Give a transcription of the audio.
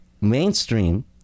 mainstream